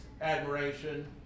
admiration